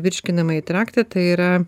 virškinamąjį traktą tai yra